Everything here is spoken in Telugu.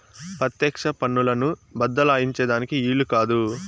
పెత్యెక్ష పన్నులను బద్దలాయించే దానికి ఈలు కాదు